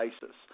basis